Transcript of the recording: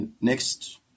next